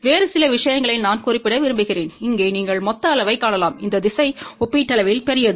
வேறு சில விஷயங்களை நான் குறிப்பிட விரும்புகிறேன் இங்கே நீங்கள் மொத்த அளவைக் காணலாம் இந்த திசை ஒப்பீட்டளவில் பெரியது